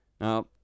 Now